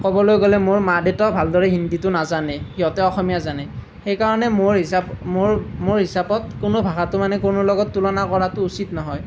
ক'বলৈ গ'লে মোৰ মা দেউতাও ভালদৰে হিন্দীটো নাজানে সিহঁতে অসমীয়া জানে সেইকাৰণে মোৰ হিচাপ মোৰ মোৰ হিচাপত কোনো ভাষাটো মানে কোনো লগত তুলনা কৰাটো উচিত নহয়